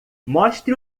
mostre